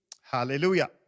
Hallelujah